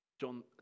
John